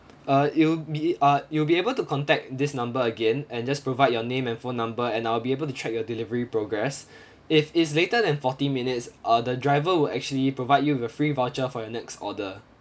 uh you'll be uh you'll be able to contact this number again and just provide your name and phone number and I'll be able to track your delivery progress if it's later than forty minutes uh the driver will actually provide you with a free voucher for your next order